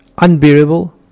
Unbearable